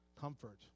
comfort